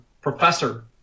professor